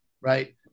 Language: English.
right